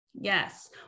Yes